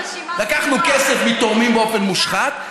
לקחנו כסף מתורמים באופן מושחת,